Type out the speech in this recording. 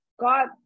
God